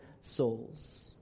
souls